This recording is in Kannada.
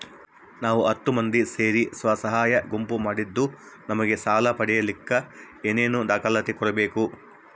ನಾವು ಹತ್ತು ಮಂದಿ ಸೇರಿ ಸ್ವಸಹಾಯ ಗುಂಪು ಮಾಡಿದ್ದೂ ನಮಗೆ ಸಾಲ ಪಡೇಲಿಕ್ಕ ಏನೇನು ದಾಖಲಾತಿ ಕೊಡ್ಬೇಕು?